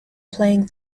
playing